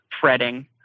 fretting